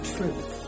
Truth